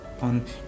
on